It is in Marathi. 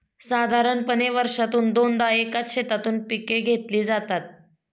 साधारणपणे वर्षातून दोनदा एकाच शेतातून पिके घेतली जातात